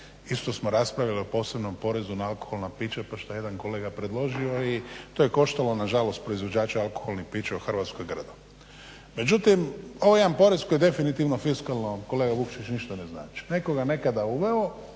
isto smo raspravljali o posebnom porezu na alkoholna pića, …/Ne razumije se./… jedan kolega predložio, i to je koštalo na žalost proizvođače alkoholnih pića u Hrvatskoj grdo. Međutim ovo je jedan porez koji definitivno fiskalno kolega Vukšić ništa ne znači. Netko ga je nekada uveo